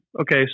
Okay